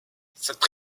cette